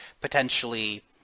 potentially